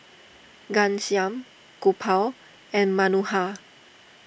Ghanshyam Gopal and Manohar